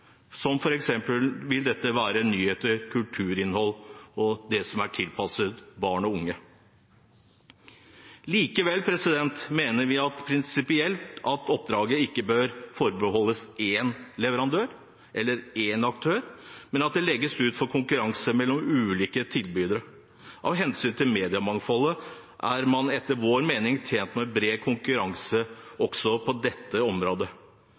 vil dette være nyhets- og kulturinnhold og det som er tilpasset barn og unge. Likevel mener vi prinsipielt at oppdraget ikke bør forbeholdes én leverandør eller én aktør, men at det legges ut for konkurranse mellom ulike tilbydere. Av hensyn til mediemangfoldet er man etter vår mening tjent med bred konkurranse også på dette området,